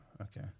okay